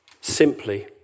simply